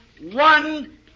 one